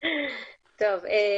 ספציפי.